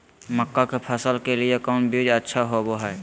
मक्का के फसल के लिए कौन बीज अच्छा होबो हाय?